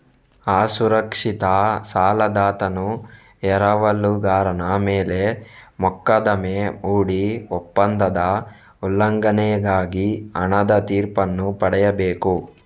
ಅಸುರಕ್ಷಿತ ಸಾಲದಾತನು ಎರವಲುಗಾರನ ಮೇಲೆ ಮೊಕದ್ದಮೆ ಹೂಡಿ ಒಪ್ಪಂದದ ಉಲ್ಲಂಘನೆಗಾಗಿ ಹಣದ ತೀರ್ಪನ್ನು ಪಡೆಯಬೇಕು